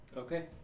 Okay